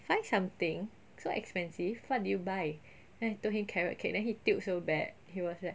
five something so expensive what did you buy then I told him carrot cake then he tilt so bad he was like